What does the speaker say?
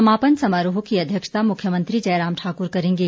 समापन समारोह की अध्यक्षता मुख्यमंत्री जयराम ठाकुर करेंगे